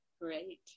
Great